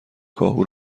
کاهو